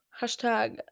Hashtag